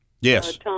Yes